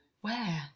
Where